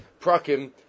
Prakim